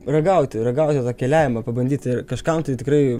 ragauti ragauti tą keliavimą pabandyti ir kažkam tai tikrai